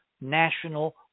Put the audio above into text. national